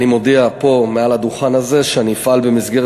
אני מודיע פה מעל הדוכן הזה שאני אפעל במסגרת